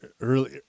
early